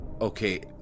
Okay